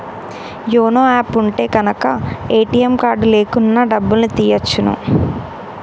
YONO app ఉంటె గనక ATM card లేకున్నా డబ్బుల్ని తియ్యచ్చును